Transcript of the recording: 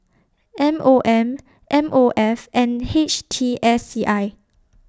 M O M M O F and H T S C I